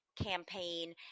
campaign